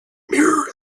mirror